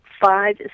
Five